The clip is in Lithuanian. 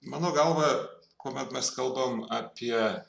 mano galva kuomet mes kalbam apie